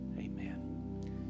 Amen